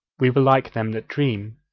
we were like them that dream.